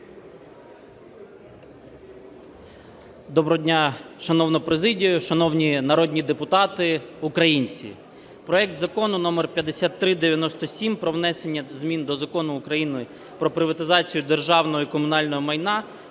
Доброго дня, шановна президія, шановні народні депутати, українці! Проект Закону (№ 5397) про внесення змін до Закону України "Про приватизацію державного і комунального майна"